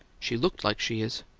she looked like she is.